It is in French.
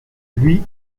lui